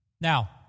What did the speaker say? Now